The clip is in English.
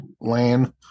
land